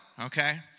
okay